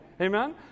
amen